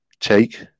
take